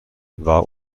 war